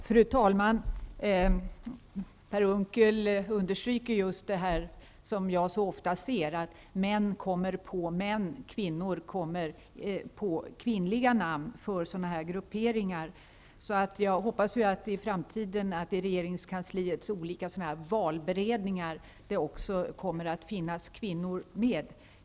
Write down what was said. Fru talman! Per Unckel understryker just det som jag så ofta ser, dvs. att män kommer på manliga namn och kvinnor kommer på kvinnliga namn till sådana här grupper. Jag hoppas att det i framtiden i regeringskansliets olika valberedningar också kommer att finnas kvinnor med.